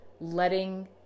letting